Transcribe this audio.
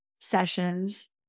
sessions